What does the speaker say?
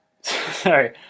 Sorry